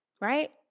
Right